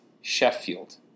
Sheffield